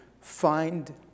find